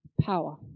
power